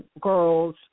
girls